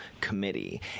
committee